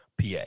PA